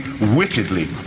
wickedly